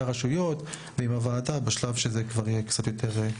הרשויות ועם הוועדה בשלב מתקדם יותר.